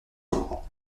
endroit